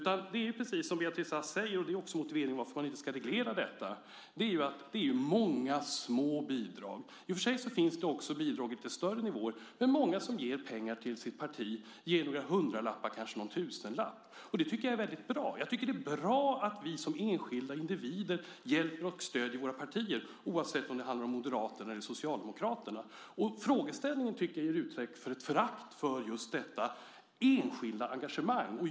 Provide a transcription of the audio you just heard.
Det är precis som Beatrice Ask säger, och det är också motiveringen till att man inte ska reglera detta: Det är många små bidrag. I och för sig finns det också bidrag på lite högre nivåer, men många som ger pengar till sitt parti ger några hundralappar - kanske någon tusenlapp. Det tycker jag är bra. Jag tycker att det är bra att vi som enskilda individer hjälper och stöder våra partier oavsett om det handlar om Moderaterna eller Socialdemokraterna. Jag tycker att frågeställningen ger uttryck för ett förakt för detta enskilda engagemang.